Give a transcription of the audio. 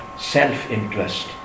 self-interest